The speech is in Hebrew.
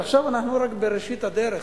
עכשיו אנחנו רק בראשית הדרך.